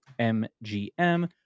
MGM